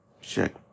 check